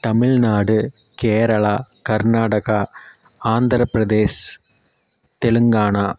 Tamil Nadu Kerala Karnataka Andhra Pradesh Telangana